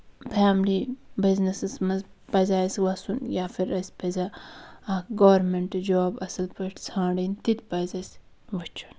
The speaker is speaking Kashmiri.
فیملی بِزنِسس منٛز پَزِ اَسہِ وَسُن یا پھر اَسہِ پَزِہے اکھ گورمینٛٹ جاب اَصٕل پٲٹھۍ ژَھانٛڈٕنۍ تہِ پَزِ اَسہِ وُچھُن